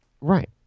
Right